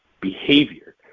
behavior